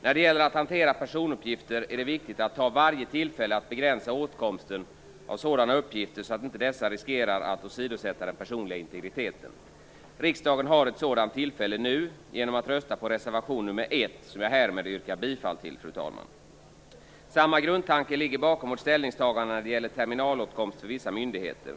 När det gäller att hantera personuppgifter är det viktigt att ta varje tillfälle att begränsa åtkomsten av sådana uppgifter så att dessa inte riskerar att åsidosätta den personliga integriteten. Riksdagen har ett sådant tillfälle nu genom att rösta för reservation nr 1, som jag härmed, fru talman, yrkar bifall till. Samma grundtanke ligger bakom vårt ställningstagande när det gäller terminalåtkomst för vissa myndigheter.